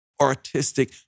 artistic